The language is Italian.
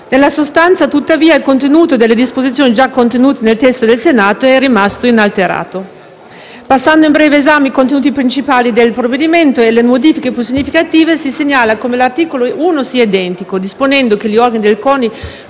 Nella sostanza, tuttavia, il contenuto delle disposizioni già contenute nel testo del Senato è rimasto inalterato. Passando a un breve esame dei contenuti principali del provvedimento e delle modifiche più significative, si segnala come l'articolo 1 sia identico, disponendo che gli organi del CONI